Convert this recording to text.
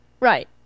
Right